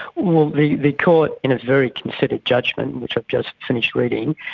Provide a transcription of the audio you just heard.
well, the the court in a very considered judgement, which i've just finished reading,